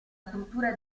struttura